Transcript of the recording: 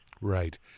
Right